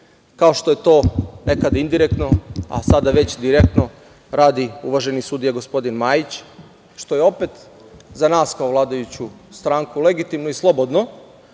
kao što je to nekada indirektno, a sada već direktno radi uvaženi sudija, gospodin Majić, što je opet za nas kao vladajuću stranku legitimno i slobodno,